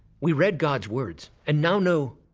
we read god's words and now know